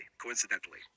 Coincidentally